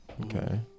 Okay